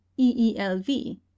EELV